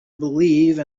believe